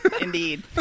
Indeed